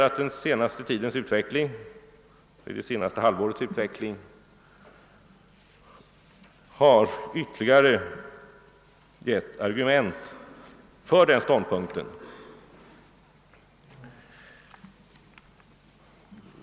Det senaste halvårets utveckling har givit ytterligare argument för den ståndpunkten.